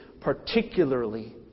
particularly